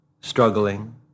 struggling